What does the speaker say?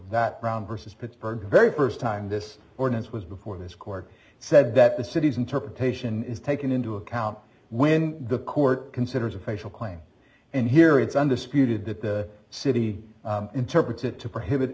that brown versus pittsburgh very first time this ordinance was before this court said that the city's interpretation is taken into account when the court considers a patient claim and here it's undisputed that the city interprets it to prohibit